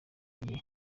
gihe